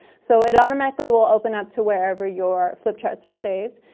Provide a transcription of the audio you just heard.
so it automatically will open up to wherever your flip charts are saved,